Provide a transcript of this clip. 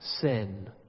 sin